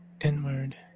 inward